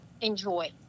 enjoy